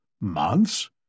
Months